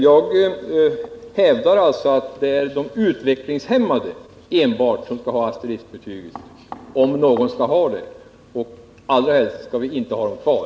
Jag hävdar att det är enbart de utvecklingshämmade som skall ha asteriskbetygen, om någon skall ha sådana. Allra helst skall vi inte ha dem kvar.